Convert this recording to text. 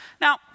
Now